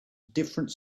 different